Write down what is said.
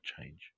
change